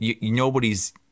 nobody's